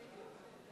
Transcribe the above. הם הדליקו נרות,